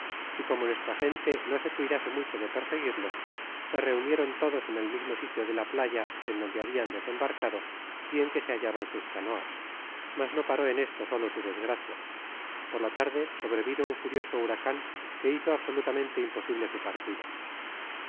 y como nuestra gente no se cuidase mucho de perseguirlos se reunieron todos en el mismo sitio de la playa en donde habian desembarcado y en que se hallaban sus canoas mas no paró en esto solo su desgracia por la tarde sobrevino un furioso huracan que hizo absolutamente imposible su partida